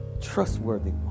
Trustworthy